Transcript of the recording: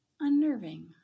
unnerving